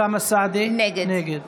נגד